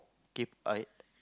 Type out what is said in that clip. okay bye